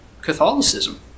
Catholicism